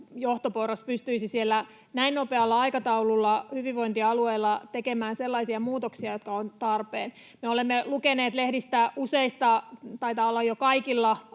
johtoporras pystyisivät näin nopealla aikataululla hyvinvointialueilla tekemään sellaisia muutoksia, jotka ovat tarpeen. Me olemme lukeneet lehdistä useista — taitaa olla jo kaikilla